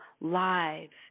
lives